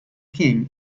king